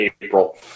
April